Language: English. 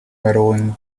medaling